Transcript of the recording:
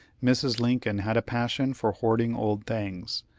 mrs. lincoln had a passion for hoarding old things,